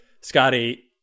Scotty